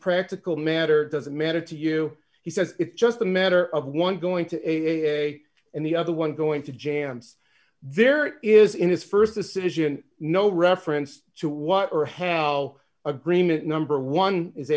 practical matter does it matter to you he says it's just a matter of one going to pay and the other one going to jams there is in his st decision no reference to what or hal agreement number one is